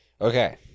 okay